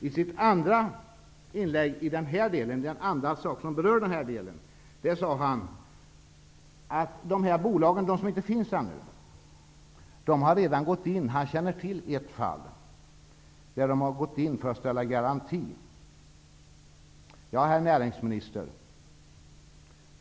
I den andra delen av Bo Jenevalls inlägg där den här frågan berördes sade han att de här bolagen, de som ännu inte skall finnas, redan har agerat. Han känner till ett fall där de har gått in för att ställa en garanti. Detta är allvarliga saker, herr näringsminister.